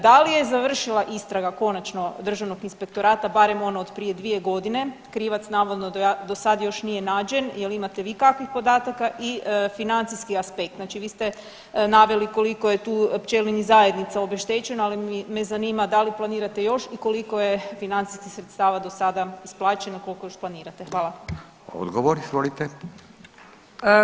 Da li je završila istraga konačno državnog inspektorata barem ono od prije 2.g. krivac navodno do sad još nije nađen, jel imate vi kakvih podataka i financijski aspekt znači vi ste naveli koliko je tu pčelinjih zajednica obeštećeno, ali me zanima da li planirate još i koliko je financijskih sredstava do sada isplaćeno i koliko još planirate?